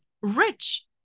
rich